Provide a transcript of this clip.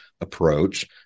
approach